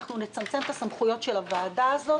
אנחנו נצמצם את הסמכויות של הוועדה הזאת.